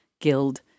guild